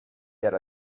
era